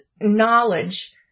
knowledge